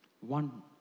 One